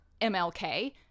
MLK